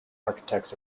architects